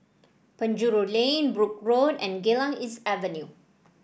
Penjuru Lane Brooke Road and Geylang East Avenue